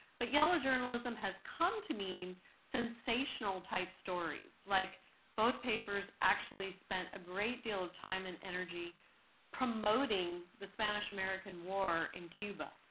but yellow journalism has come to mean sensational-type stories. like both papers actually spent a great deal of time and energy promoting the spanish-american war in cuba.